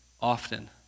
often